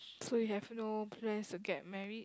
so you have no plans to get married